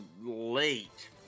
late